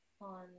on